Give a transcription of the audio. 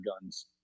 guns